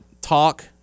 talk